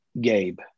Gabe